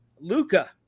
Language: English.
Luca